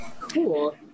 Cool